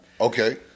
Okay